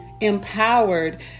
Empowered